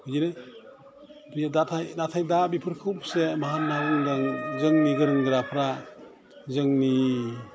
बिदिनो बियो दाथाय नाथाय दा बिफोरखौ फिसे मा होन्ना बुंगोन जोंनि गोरों गोराफ्रा जोंनि